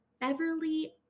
Beverly